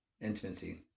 intimacy